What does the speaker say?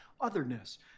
otherness